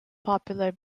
popular